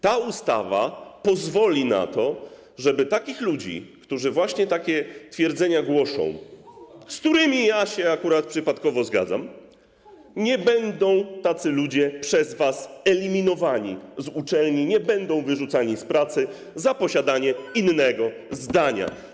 Ta ustawa pozwoli na to, że tacy ludzie, którzy właśnie takie twierdzenia głoszą, z którymi ja się akurat przypadkowo zgadzam, nie będą przez was eliminowani z uczelni, nie będą wyrzucani z pracy za posiadanie innego zdania.